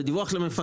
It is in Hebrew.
זה דיווח למפקח.